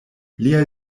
liaj